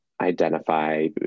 identify